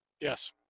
Yes